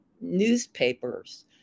newspapers